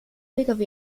pkw